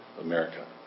America